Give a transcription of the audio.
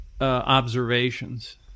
observations